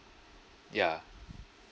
yeah